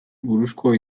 buruzko